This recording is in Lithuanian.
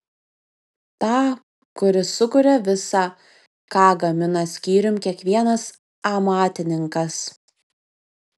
tą kuris sukuria visa ką gamina skyrium kiekvienas amatininkas